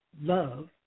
love